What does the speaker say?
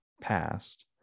past